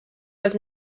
was